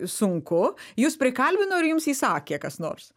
sunku jus prikalbino ar jums įsakė kas nors